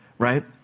right